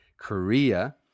Korea